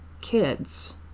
kids